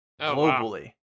globally